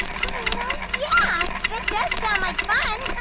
oh well yeah! that does sound like fun.